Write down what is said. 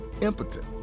impotent